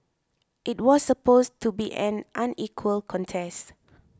it was supposed to be an unequal contest